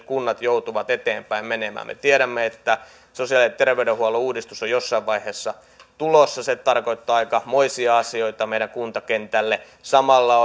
kunnat joutuvat nyt eteenpäin menemään me tiedämme että sosiaali ja terveydenhuollon uudistus on jossain vaiheessa tulossa se tarkoittaa aikamoisia asioita meidän kuntakentällemme kun samalla